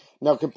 now